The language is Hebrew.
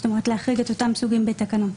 זאת אומרת להחריג את אותם סוגים בתקנות.